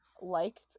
liked